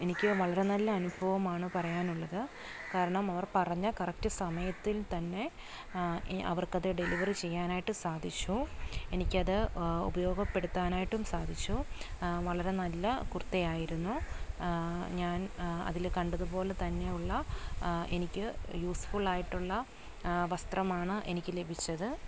എനിക്ക് വളരെ നല്ല അനുഭവമാണ് പറയാനുള്ളത് കാരണം അവർ പറഞ്ഞ കറക്റ്റ് സമയത്തില് തന്നെ അവര്ക്കത് ഡെലിവറി ചെയ്യാനായിട്ട് സാധിച്ചു എനിക്കത് ഉപയോഗപ്പെടുത്താനായിട്ടും സാധിച്ചു വളരെ നല്ല കുര്ത്ത ആയിരുന്നു ഞാന് അതിൽ കണ്ടതുപോലെ തന്നെ ഉള്ള എനിക്ക് യൂസ്ഫുള് ആയിട്ടുള്ള വസ്ത്രമാണ് എനിക്ക് ലഭിച്ചത്